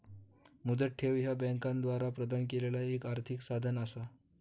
मुदत ठेव ह्या बँकांद्वारा प्रदान केलेला एक आर्थिक साधन असा